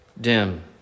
dim